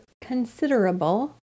considerable